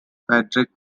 frederic